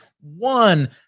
one